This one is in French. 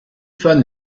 fans